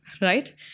right